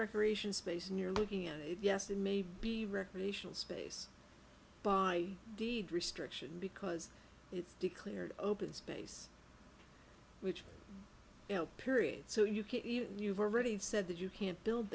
recreation space near looking at it yes it may be recreational space by deed restrictions because it's declared open space which you know period so you can't even you've already said that you can't build